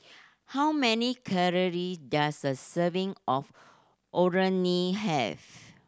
how many calorie does a serving of Orh Nee have